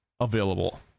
available